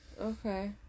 Okay